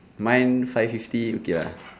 mine five fifty okay lah